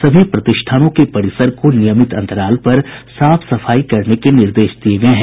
सभी प्रतिष्ठानों के परिसर को नियमित अंतराल पर साफ सफाई करने के निर्देश दिये गये हैं